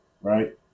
right